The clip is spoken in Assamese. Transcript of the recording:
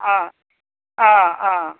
অঁ অঁ অঁ